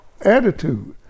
attitude